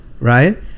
Right